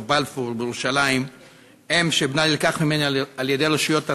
בלפור בירושלים אם שבנה נלקח ממנה על-ידי רשויות הרווחה.